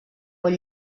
bon